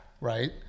Right